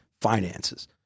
finances